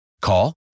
Call